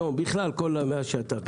היום ובכלל מאז שאתה יושב ראש הוועדה.